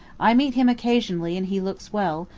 i meet him occasionally and he looks well,